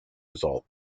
result